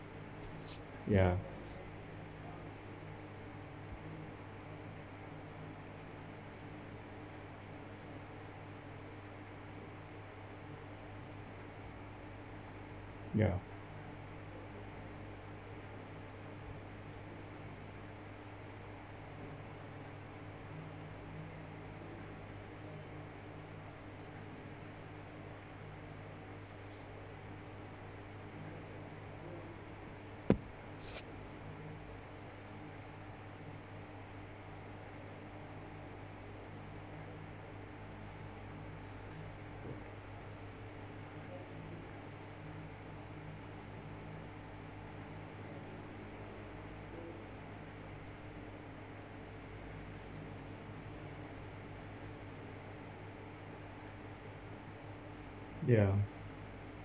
ya ya ya